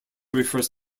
refers